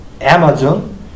Amazon